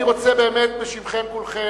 אני רוצה באמת, בשם כולכם,